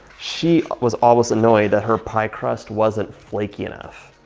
she was almost annoyed that her pie crust wasn't flaky enough.